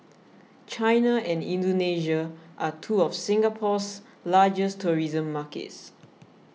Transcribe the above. China and Indonesia are two of Singapore's largest tourism markets